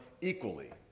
equally